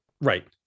right